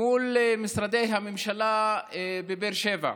מול משרדי הממשלה בבאר שבע.